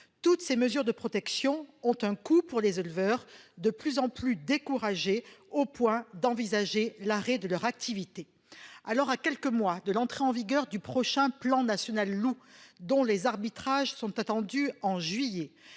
Toutes ces mesures de protection ont un coût pour des éleveurs de plus en plus découragés au point d'envisager l'arrêt de leur activité. À quelques mois de l'entrée en vigueur du prochain plan national loup, sur lequel les arbitrages seront rendus en juillet